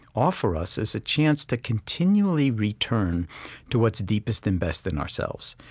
offer us is a chance to continually return to what's deepest and best in ourselves.